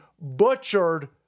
butchered